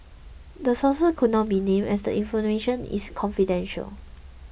the sources could not be named as the information is confidential